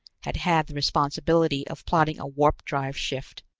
had had the responsibility of plotting a warp-drive shift.